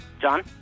John